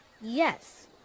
Yes